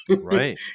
Right